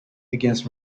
against